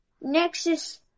Nexus